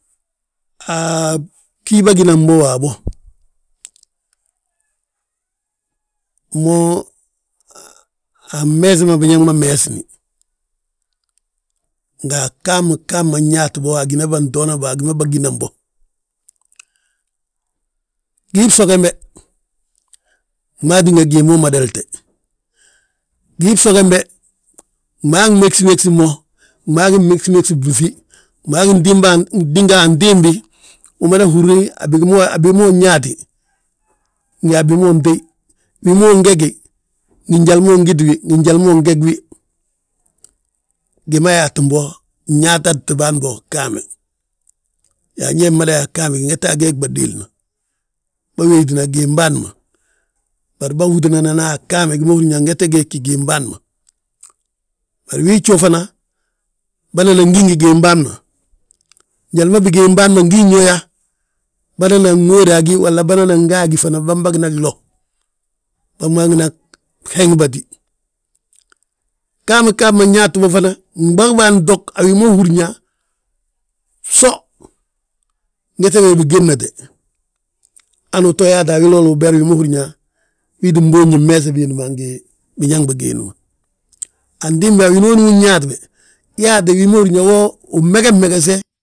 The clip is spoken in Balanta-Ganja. A bgí bâgina bo waabo, mo a meesi ma biñaŋ ma meesini, ngi a ghami ghama nyaati bo a gi ma bântoona bo, a gi ma bâginan bo. Gii bso gembe, gmaa tinga gii mo madirte, gii bso gembe, gmaa megesi megsi mo, gmaa gi megsi megsi blúŧi, gmaa gi ntinga antimbi, umada húri a bigi ma, a bigi ma unyaati, ngi a bi ma untéy. Wi ma ungegi, ngi njali ma ungiti wi, ngi njali ma ungeg wi. Gi ma yaati bo nyaatati bâan bo ghaame. Yaa ñe mada yaa ghaame ngette a gee bâdéelna. Bâwéetina giin bân ma, bari bhútina a ghaame, gi ma húrin yaa ngette gee gí giin bâa ma. Bari wii jjoo fana bânan gí ngi gii bâan ma. Njali ma bigiin bâan ma ngin yo yaa, bânan ŋóoda a gí walla bânan ga a gí fana, bân bagina glow. Bân bagina heŋ bati. Ghaami ghaam ma nyaanti bo fana gbagi bâan tog a wi ma húrin yaa, bso ngette wee wi bigédnate. Hanu uto yaata a wiloolu uber wi ma húrin yaa, wii ttin boonji mmeesi biindi ma ngi biñaŋ bigiindi ma. Antimbi he a winooni unyaati be, yaati wi ma húri yaa, wo win meges megese.